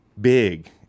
big